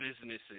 businesses